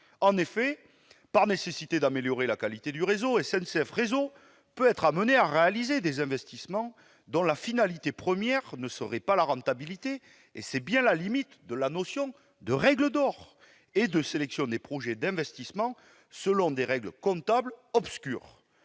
En effet, par nécessité d'améliorer la qualité du réseau, SNCF Réseau peut être amenée à réaliser des investissements, dont la finalité première ne serait pas la rentabilité- c'est bien la limite de la notion de règle d'or -, et à sélectionner des projets d'investissements selon des règles comptables obscures.